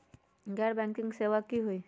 गैर बैंकिंग सेवा की होई?